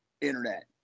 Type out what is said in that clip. internet